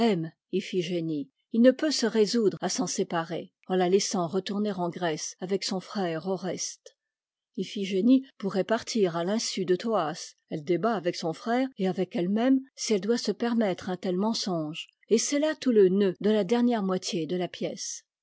il ne peut se résoudre à s'en séparer en la laissant retourner en grèce avec son frère oreste jphigénie pourrait partir à l'insu de thoas elle débat avec son frère et avec elle-même si elle doit se permettre un tel mensonge et c'est là tout le nœud de la dernière moitié de la pièce